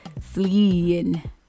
fleeing